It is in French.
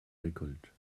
récoltes